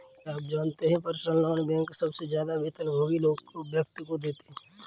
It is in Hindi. क्या आप जानते है पर्सनल लोन बैंक सबसे ज्यादा वेतनभोगी व्यक्ति को देते हैं?